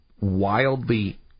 wildly